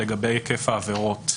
לגבי היקף העבירות.